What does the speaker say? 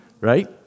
Right